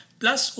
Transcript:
plus